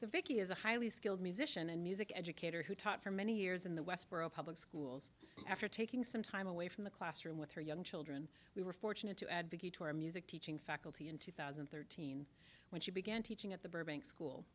so vicki is a highly skilled musician and music educator who taught for many years in the westborough public schools after taking some time away from the classroom with her young children we were fortunate to advocate her music teaching faculty in two thousand and thirteen when she began teaching at the burbank school